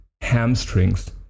hamstrings